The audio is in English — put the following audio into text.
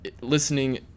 listening